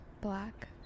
black